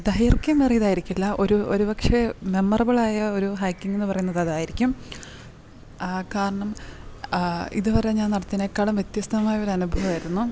ദൈർഘ്യമേറിയത് ആയിരിക്കില്ല ഒരു ഒരു പക്ഷേ മെമ്മറബ്ളായ ഒരു ഹൈക്കിങ്ങെന്ന് പറയുന്നത് ആയിരിക്കും കാരണം ഇതുവരെ ഞാൻ നടത്ത്യേനേക്കാളും വ്യത്യസ്തമായ ഒരനുഭവം ആയിരുന്നു